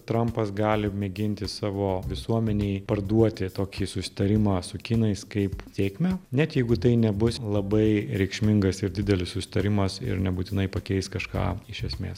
trampas gali mėginti savo visuomenei parduoti tokį susitarimą su kinais kaip sėkmę net jeigu tai nebus labai reikšmingas ir didelis susitarimas ir nebūtinai pakeis kažką iš esmės